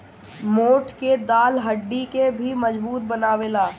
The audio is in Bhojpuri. मोठ के दाल हड्डी के भी मजबूत बनावेला